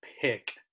pick